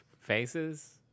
faces